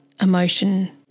emotion